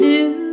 New